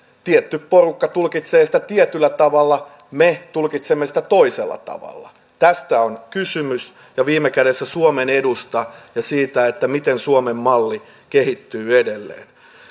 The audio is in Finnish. tietty porukka tulkitsee sitä tietyllä tavalla me tulkitsemme sitä toisella tavalla tästä on kysymys ja viime kädessä suomen edusta ja siitä miten suomen malli kehittyy edelleen